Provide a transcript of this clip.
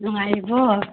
ꯅꯨꯡꯉꯥꯏꯔꯤꯕꯣ